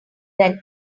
than